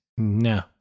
No